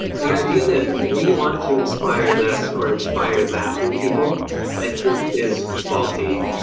the idea that we want to inspire this, or inspire that in people is faulty.